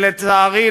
שלצערי,